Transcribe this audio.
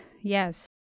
Yes